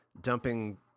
dumping